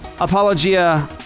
Apologia